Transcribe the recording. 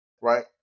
right